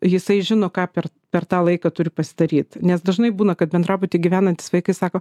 jisai žino ką per per tą laiką turi pasidaryt nes dažnai būna kad bendrabuty gyvenantys vaikai sako